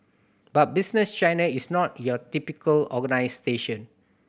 but Business China is not your typical station